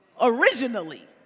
originally